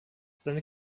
seine